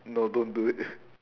no don't do it